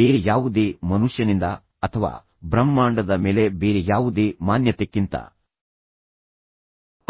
ಬೇರೆ ಯಾವುದೇ ಮನುಷ್ಯನಿಂದ ಅಥವಾ ಬ್ರಹ್ಮಾಂಡದ ಮೇಲೆ ಬೇರೆ ಯಾವುದೇ ಮಾನ್ಯತೆಕ್ಕಿಂತ